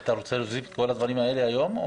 אתה רוצה להוסיף את כל הדברים האלה היום?